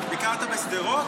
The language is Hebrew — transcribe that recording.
ביקרת בשדרות?